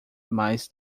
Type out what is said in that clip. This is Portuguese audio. mais